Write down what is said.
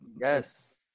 yes